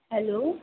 hello